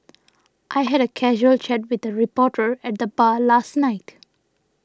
I had a casual chat with a reporter at the bar last night